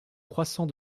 croissant